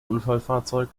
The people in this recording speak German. unfallfahrzeug